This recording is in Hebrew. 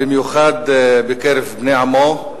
במיוחד בקרב בני עמו.